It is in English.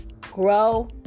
Grow